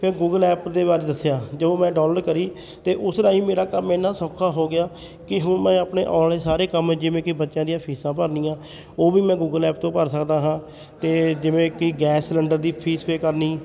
ਇਹ Google app ਦੇ ਬਾਰੇ ਦੱਸਿਆ ਜੋ ਮੈਂ ਡਾਊਨਲੋਡ ਕਰੀ ਅਤੇ ਉਸ ਰਾਹੀਂ ਮੇਰਾ ਕੰਮ ਇੰਨਾ ਸੌਖਾ ਹੋ ਗਿਆ ਕਿ ਹੁਣ ਮੈਂ ਆਪਣੇ ਔਨਲਾਈਨ ਸਾਰੇ ਕੰਮ ਜਿਵੇਂ ਕਿ ਬੱਚਿਆਂ ਦੀਆਂ ਫੀਸਾਂ ਭਰਨੀਆਂ ਉਹ ਵੀ ਮੈਂ ਗੂਗਲ ਐਪ ਤੋਂ ਭਰ ਸਕਦਾ ਹਾਂ ਅਤੇ ਜਿਵੇਂ ਕਿ ਗੈਸ ਸਲੰਡਰ ਦੀ ਫੀਸ ਪੇ ਕਰਨੀ